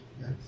Yes